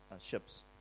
ships